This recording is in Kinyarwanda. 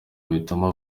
bituma